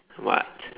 what